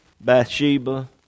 Bathsheba